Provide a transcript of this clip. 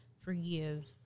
Forgive